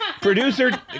producer